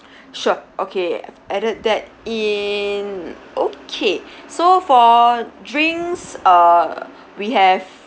sure okay added that in okay so for drinks uh we have